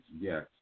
Yes